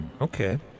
okay